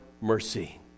mercy